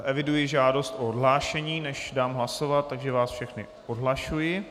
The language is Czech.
Eviduji žádost o odhlášení, než dám hlasovat, takže vás všechny odhlašuji.